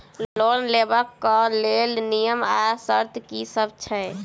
Loan लेबऽ कऽ लेल नियम आ शर्त की सब छई?